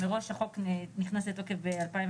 מראש החוק נכנס לתוקף ב-2016.